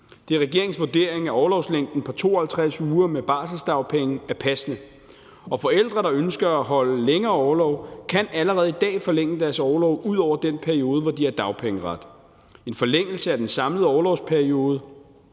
Det er regeringens vurdering, at orlovslængden på 52 uger med barselsdagpenge er passende, og forældre, der ønsker at holde længere orlov, kan allerede i dag forlænge deres orlov ud over den periode, hvor de har dagpengeret. En forlængelse af den samlede orlovsperiode